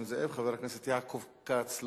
חבר הכנסת יעקב כץ,